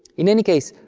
in any case,